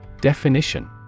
Definition